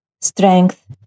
strength